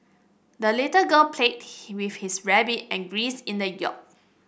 the little girl played with his rabbit and geese in the yard